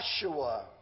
Joshua